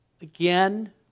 again